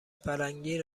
پلنگی